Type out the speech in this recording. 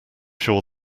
sure